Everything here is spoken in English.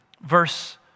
verse